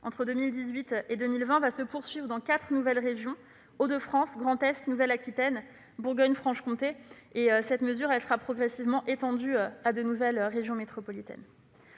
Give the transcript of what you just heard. entre 2018 et 2020. Cette pratique se poursuivra dans quatre nouvelles régions- Hauts-de-France, Grand Est, Nouvelle-Aquitaine, Bourgogne-Franche-Comté -, avant d'être progressivement étendue à de nouvelles régions métropolitaines.